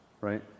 right